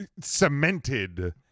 cemented